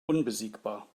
unbesiegbar